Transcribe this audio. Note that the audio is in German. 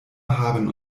haben